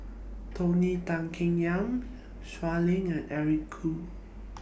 Tony Tan Keng Yam Shui Lan and Eric Khoo